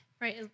Right